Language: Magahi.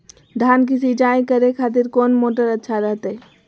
धान की सिंचाई करे खातिर कौन मोटर अच्छा रहतय?